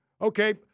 Okay